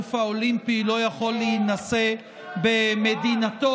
שהאלוף האולימפי לא יכול להינשא במדינתו.